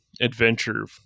adventure